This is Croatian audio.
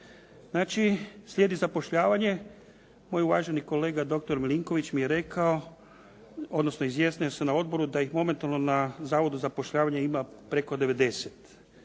Znači slijedi zapošljavanje. Moj uvaženi kolega doktor Milinković mi je rekao, odnosno izjasnio se na odboru da ih momentalno na Zavodu za zapošljavanje ima preko 90.